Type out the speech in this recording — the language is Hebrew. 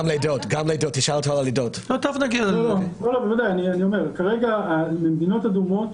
כרגע ממדינות אדומות